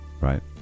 Right